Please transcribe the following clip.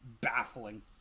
baffling